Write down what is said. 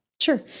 Sure